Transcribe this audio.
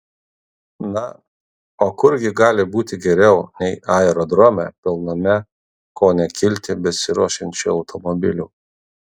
na o kur gi gali būti geriau nei aerodrome pilname ko ne kilti besiruošiančių automobilių